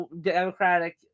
Democratic